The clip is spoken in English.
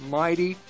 mighty